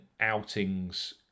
outings